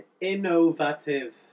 Innovative